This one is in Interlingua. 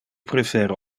prefere